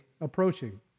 approaching